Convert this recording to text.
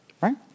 Right